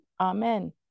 amen